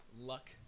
luck